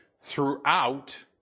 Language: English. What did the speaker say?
throughout